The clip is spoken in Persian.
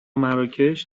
مراکش